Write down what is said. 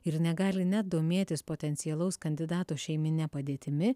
ir negali net domėtis potencialaus kandidato šeimine padėtimi